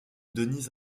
denise